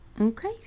Okay